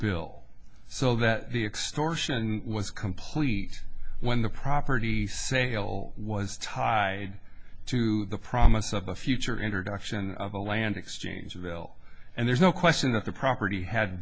bill so that the extortion was complete when the property sale was tied to the promise of a future introduction of a land exchange will and there's no question that the property had